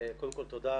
קודם כל תודה